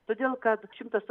todėl kad šimtas